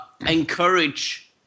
encourage